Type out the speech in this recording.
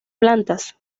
plantas